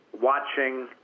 watching